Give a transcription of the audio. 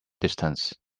distance